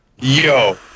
Yo